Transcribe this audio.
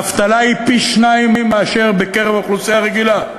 האבטלה היא פי-שניים מאשר בקרב האוכלוסייה הרגילה,